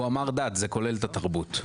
הוא אמר דת, זה כולל את התרבות.